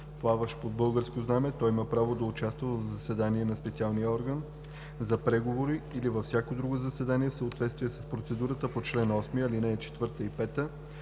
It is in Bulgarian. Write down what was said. плаващ под българско знаме, той има право да участва в заседание на специалния орган за преговори или във всяко друго заседание в съответствие с процедурите по чл. 8, ал. 4 и 5,